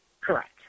Correct